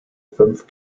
fünf